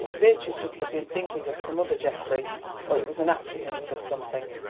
beatrice must have been thinking of some other geoffrey or it was an accident of something.